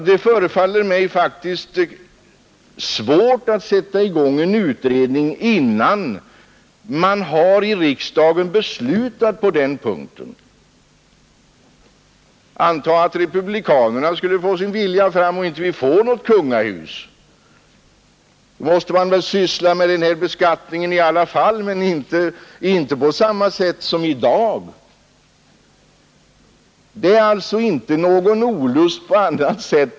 Det förefaller mig faktiskt som om det skulle vara svårt att börja en utredning innan man i riksdagen har beslutat på den punkten. Antag att republikanerna skulle få sin vilja fram och att vi således inte får något kungahus! Vi måste naturligtvis ändå syssla med denna beskattning men inte på samma sätt som i dag.